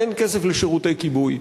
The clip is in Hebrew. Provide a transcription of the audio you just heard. אין כסף לשירותי כיבוי.